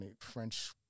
French